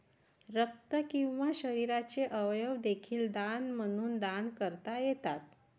रक्त किंवा शरीराचे अवयव देखील दान म्हणून दान करता येतात